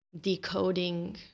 decoding